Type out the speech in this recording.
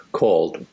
called